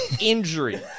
injury